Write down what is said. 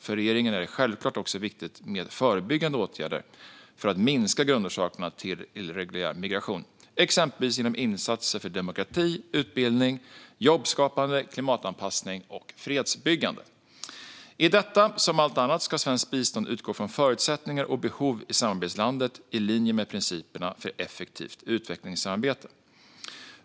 För regeringen är det självklart också viktigt med förebyggande åtgärder för att minska grundorsakerna till irreguljär migration, exempelvis genom insatser för demokrati, utbildning, jobbskapande, klimatanpassning och fredsbyggande. I detta som i allt annat ska svenskt bistånd utgå från förutsättningar och behov i samarbetslandet, i linje med principerna för effektivt utvecklingssamarbete.